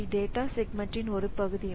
அவை டேட்டா செக்மெண்ட்ன் ஒரு பகுதி